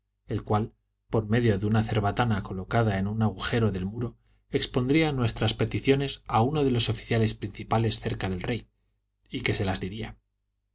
el cual por medio de una cerbatana colocada en un agujero del muro expondría nuestras peticiones a uno de los oficiales principales cerca del rey el que se las diría